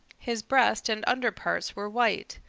his breast and under parts were white.